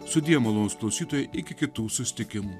sudie malonūs klausytojai iki kitų susitikimų